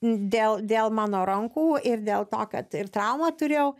dėl dėl mano rankų ir dėl to kad ir traumą turėjau